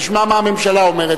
נשמע מה הממשלה אומרת.